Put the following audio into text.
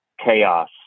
chaos